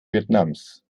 vietnams